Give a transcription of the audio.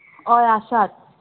हय आसात